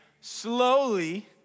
slowly